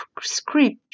script